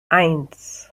eins